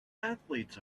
athletes